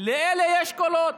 לאלה יש קולות,